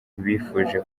ntibifuje